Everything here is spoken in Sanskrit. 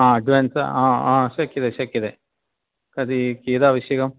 हा अड्वान्स् हा हा शक्यते शक्यते कति कियदावश्यकम्